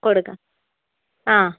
കൊടുക്കാം ആ